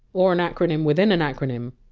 or an acronym within an acronym.